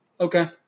Okay